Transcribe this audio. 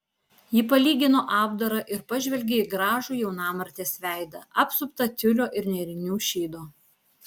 ji palygino apdarą ir pažvelgė į gražų jaunamartės veidą apsuptą tiulio ir nėrinių šydo